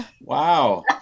Wow